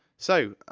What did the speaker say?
so,